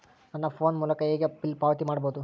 ನನ್ನ ಫೋನ್ ಮೂಲಕ ಹೇಗೆ ಬಿಲ್ ಪಾವತಿ ಮಾಡಬಹುದು?